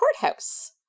courthouse